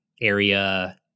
area